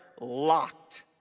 locked